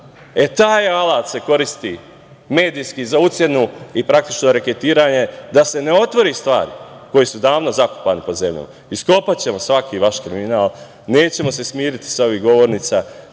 E, taj alat se koristi medijski za ucenu i praktično reketiranje da se ne otvore stvari koje su davno zakopane pod zemljom. Iskopaćemo svaki vaš kriminal. Nećemo se smiriti sa ovih govornica